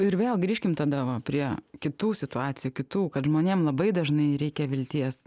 ir vėl grįžkim tada va prie kitų situacijų kitų kad žmonėm labai dažnai reikia vilties